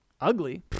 ugly